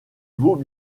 vaut